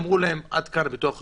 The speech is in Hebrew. אמרו להם: עד כאן הביטוח הרפואי.